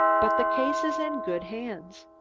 but the case is in good hands.